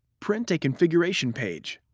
print a configuration page,